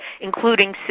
including